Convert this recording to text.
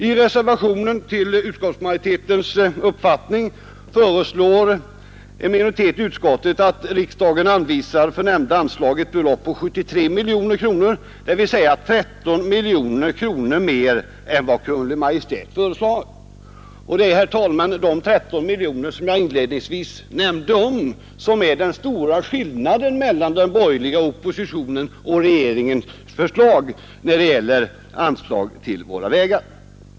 I reservationen 2 föreslår en minoritet i utskottet att riksdagen för detta anslag anvisar ett belopp på 73 miljoner kronor, dvs. 13 miljoner kronor mera än vad Kungl. Maj:t föreslagit. Det är, herr talman, dessa 13 miljoner kronor — som jag inledningsvis omnämnde — som utgör den stora skillnaden mellan den borgerliga oppositionens och regeringens förslag när det gäller anslag till våra vägar.